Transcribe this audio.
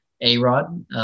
A-Rod